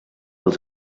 els